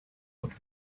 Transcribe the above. und